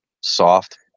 Soft